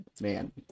man